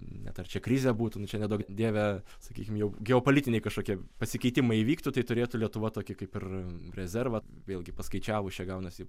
net ar čia krizė būtų nu čia neduok dieve sakykim jau geopolitiniai kažkokie pasikeitimai įvyktų tai turėtų lietuva tokį kaip ir rezervą vėlgi paskaičiavus čia gaunasi